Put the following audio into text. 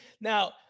Now